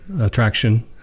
attraction